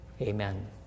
Amen